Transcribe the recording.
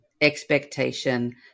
expectation